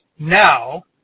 Now